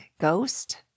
ghost